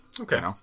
Okay